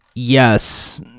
Yes